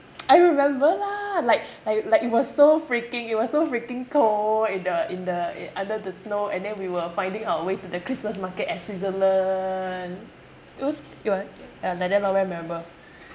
I remember lah like like like it was so freaking it was so freaking cold in the in the under the snow and then we were finding our way to the christmas market at Switzerland it was it were ah like that lor very memorable